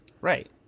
Right